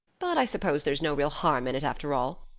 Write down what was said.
but i suppose there's no real harm in it after all.